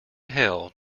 hell